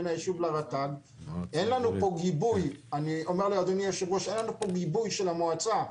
אין לנו פה גיבוי של המועצה.